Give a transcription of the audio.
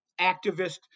activist